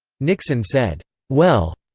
nixon said well.